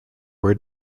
were